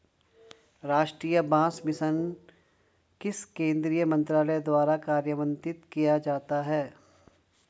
राष्ट्रीय बांस मिशन किस केंद्रीय मंत्रालय द्वारा कार्यान्वित किया जाता है?